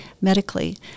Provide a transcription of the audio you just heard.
medically